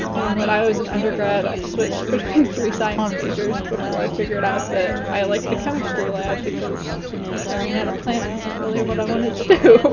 when i was an undergrad i switched between three science majors before i figured out that i i liked the chemistry lab because staring at a plant wasn't really what i wanted to do.